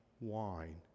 wine